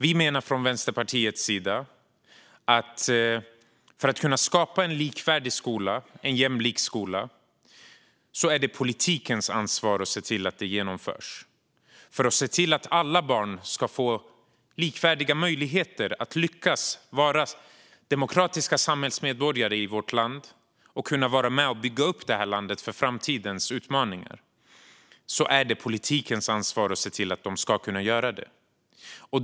Vi menar från Vänsterpartiets sida att för att kunna skapa en likvärdig skola, en jämlik skola, är det politikens ansvar att se till att den genomförs. För att se till att alla barn ska få likvärdiga möjligheter att lyckas att vara demokratiska samhällsmedborgare i vårt land och bygga upp landet för framtidens utmaningar är det politikens ansvar att se till att de kan göra det.